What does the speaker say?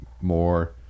more